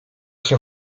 się